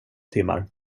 timmar